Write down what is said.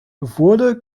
wurde